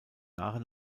jahre